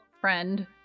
friend